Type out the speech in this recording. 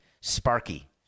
Sparky